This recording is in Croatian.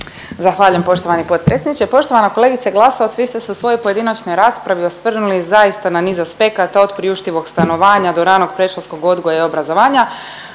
Zahvaljujem poštovani potpredsjedniče. Poštovana kolegice Glasovac, vi ste se u svojoj pojedinačnoj raspravi osvrnuli zaista na niz aspekta od priuštivog stanovanja do ranog predškolskog odgoja i obrazovanja